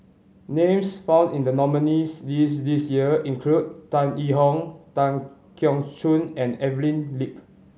names found in the nominees' list this year include Tan Yee Hong Tan Keong Choon and Evelyn Lip